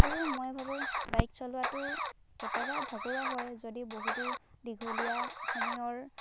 আৰু মই ভাবোঁ বাইক চলোৱাটো কেতিয়াবা ভাগৰুৱা হয় যদি বহুতো দীঘলীয়া সময়ৰ